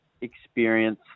experience